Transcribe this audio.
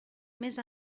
més